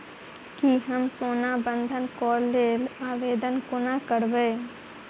की हम सोना बंधन कऽ लेल आवेदन कोना करबै?